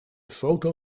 foto